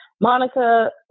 Monica